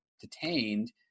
detained